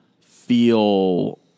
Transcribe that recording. feel